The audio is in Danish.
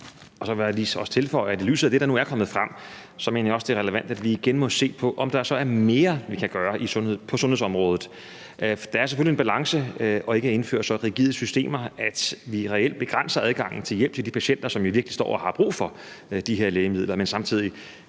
Så vil jeg også lige tilføje, at i lyset af det, der nu er kommet frem, mener jeg også, det er relevant, at vi igen må se på, om der så er mere, vi kan gøre på sundhedsområdet. Det er selvfølgelig en balance, for vi skal ikke indføre så rigide systemer, at vi reelt begrænser adgangen til hjælp til de patienter, som virkelig står og har brug for de her lægemidler, men vi